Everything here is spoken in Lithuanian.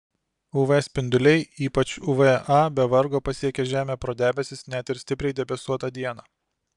uv spinduliai ypač uv a be vargo pasiekia žemę pro debesis net ir stipriai debesuotą dieną